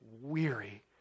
weary